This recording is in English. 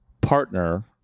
partner